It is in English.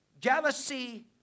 jealousy